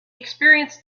experienced